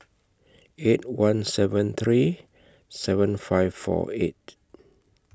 eight one seven three seven five four eight